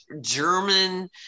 German